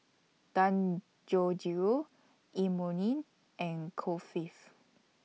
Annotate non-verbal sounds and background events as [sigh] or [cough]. Dangojiru Imoni and Kulfi [noise]